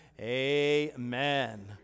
amen